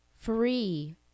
free